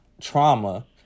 trauma